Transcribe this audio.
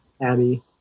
Abby